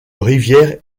rivière